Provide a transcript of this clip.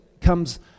comes